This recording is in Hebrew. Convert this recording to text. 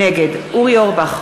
נגד אורי אורבך,